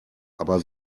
aber